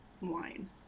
wine